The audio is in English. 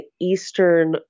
eastern